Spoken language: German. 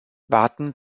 warten